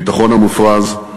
הביטחון המופרז,